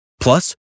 Plus